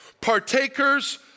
partakers